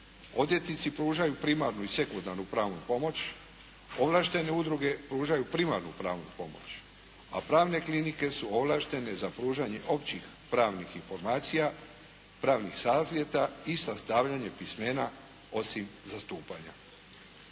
Odvjetnici pružaju primarnu i sekundarnu pravnu pomoć. Ovlaštene udruge pružaju primarnu pravnu pomoć. A pravne klinike su ovlaštene za pružanje općih pravnih informacija, pravnih savjeta i sastavljanje pismena osim zastupanja.